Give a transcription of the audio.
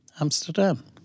Amsterdam